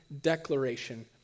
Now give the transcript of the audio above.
declaration